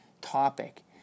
topic